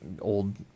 old